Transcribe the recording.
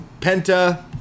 Penta